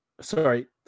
sorry